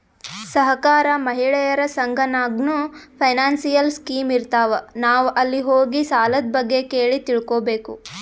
ಸಹಕಾರ, ಮಹಿಳೆಯರ ಸಂಘ ನಾಗ್ನೂ ಫೈನಾನ್ಸಿಯಲ್ ಸ್ಕೀಮ್ ಇರ್ತಾವ್, ನಾವ್ ಅಲ್ಲಿ ಹೋಗಿ ಸಾಲದ್ ಬಗ್ಗೆ ಕೇಳಿ ತಿಳ್ಕೋಬೇಕು